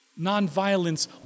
Nonviolence